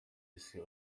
ese